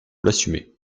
l’assumer